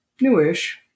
Newish